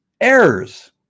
Errors